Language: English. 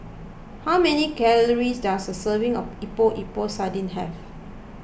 how many calories does a serving of Epok Epok Sardin have